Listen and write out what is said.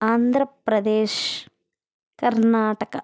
Andhra Pradesh Karnataka